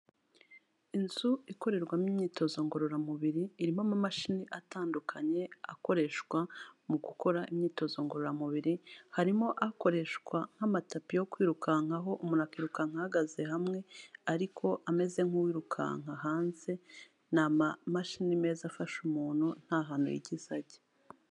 Inzu ikorerwamo imyitozo ngororamubiri, irimo amamashini atandukanye akoreshwa mu gukora imyitozo ngororamubiri, harimo akoreshwa nk'amatapi yo kwirukankaho umuntu akirukanka ahagaze hamwe ariko ameze nk'uwirukanka hanze, ni amamashini meza afasha umuntu nta hantu yigeze ajya.